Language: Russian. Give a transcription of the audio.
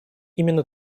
именно